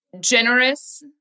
Generous